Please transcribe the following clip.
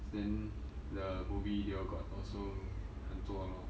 then the movie they all got also 很多 lor